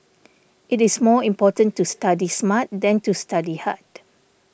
it is more important to study smart than to study hard